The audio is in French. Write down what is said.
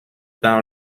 par